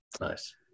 Nice